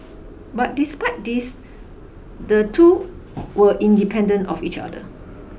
but despite this the two were independent of each other